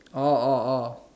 orh orh orh